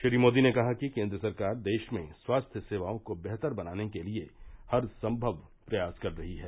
श्री मोदी ने कहा कि केन्द्र सरकार देश में स्वास्थ्य सेवाओं को बेहतर बनाने के लिए हरसंभव प्रयास कर रही है